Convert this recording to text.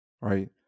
right